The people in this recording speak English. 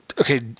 Okay